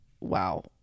wow